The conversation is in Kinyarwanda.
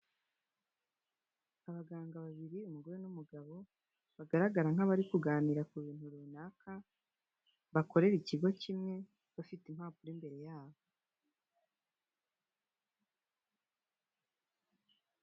Abaganga babiri, umugore n'umugabo bagaragara nk'abari kuganira ku bintu runaka bakorera ikigo kimwe bafite impapuro imbere yabo.